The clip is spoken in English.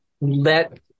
let